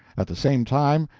at the same time,